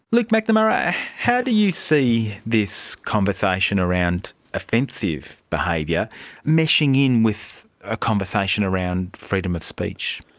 luke mcnamara, how do you see this conversation around offensive behaviour meshing in with a conversation around freedom of speech?